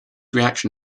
reaction